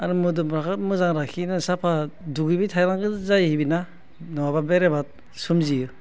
आरो मोदोमखौ मोजां लाखिनो साफा दुगैबाय थाबानो जाहैबायना नङाबा बेरामा सोमजियो